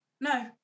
No